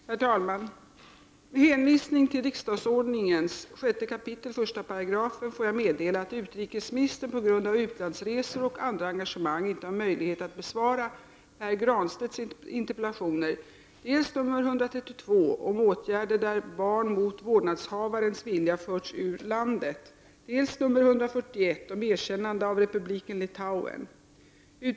Herr talman! Med hänvisning till 6 kap. 1§ riksdagsordningen får jag meddela att utrikeministern på grund av utlandsresor och andra engagemang inte har möjlighet att inom föreskriven tid besvara Pär Granstedts interpellationer 132 om åtgärder där barn mot vårdnadshavarens vilja förts ur landet och 141 om erkännande av republiken Litauen.